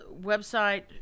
website